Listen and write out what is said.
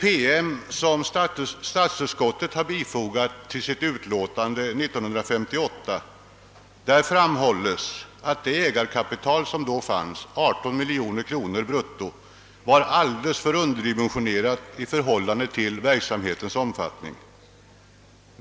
I den PM statsutskottet bifogade sitt utlåtande 1958 framhöll utskottet också att det ägarkapital som då fanns, 18 miljoner kronor brutto, var starkt underdimensionerat med hänsyn till verksamhetens omfattning.